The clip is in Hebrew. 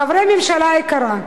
חברי ממשלה יקרה,